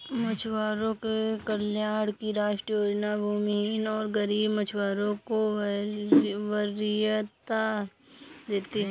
मछुआरों के कल्याण की राष्ट्रीय योजना भूमिहीन और गरीब मछुआरों को वरीयता देती है